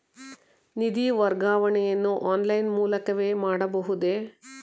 ನಿಧಿ ವರ್ಗಾವಣೆಯನ್ನು ಆನ್ಲೈನ್ ಮೂಲಕವೇ ಮಾಡಬಹುದೇ?